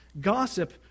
Gossip